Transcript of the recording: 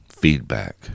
feedback